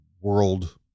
world